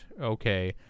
Okay